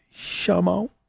Shamo